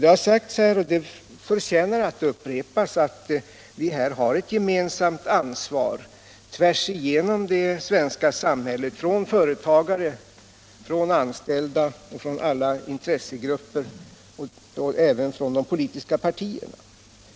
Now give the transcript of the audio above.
Det har också sagts — det förtjänar att upprepas — att vi här har ett gemensamt ansvar tvärs igenom det svenska samhället — företagare, anställda, olika intressegrupper och även de politiska partierna.